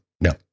No